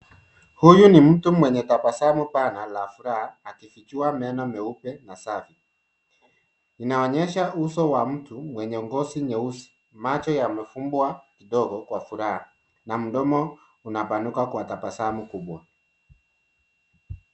Huyu ni mtu mwenye tabasamu pana la furaha akifichua meno meupe na safi. Inaonyesha uso wa mtu wenye ngozi nyeusi. Macho yamefumbwa kidogo kwa furaha na mdomo unapanuka kwa tabasamu kubwa.